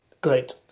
Great